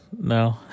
no